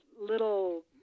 little